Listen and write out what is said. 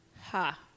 Ha